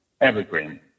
evergreen